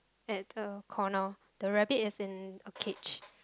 at a corner the rabbit is in a cage